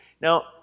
Now